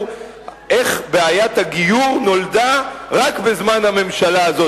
איך בעיית הגיור נולדה רק בזמן הממשלה הזאת.